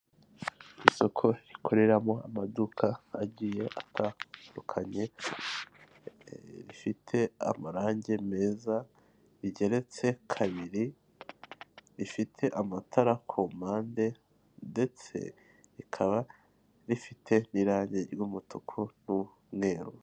Isoko rikoreramo amaduka agiye atandukanye rifite amarangi meza rigeretse kabiri, rifite amatara ku mpande ndetse rikaba rifite n'irange ry'umutuku n'umweru.